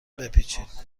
بپیچید